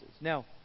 Now